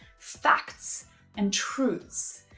facts and truths.